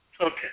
Okay